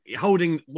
holding